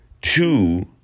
Two